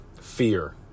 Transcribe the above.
Fear